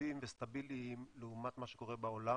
יציבים וסטביליים לעומת מה שקורה בעולם,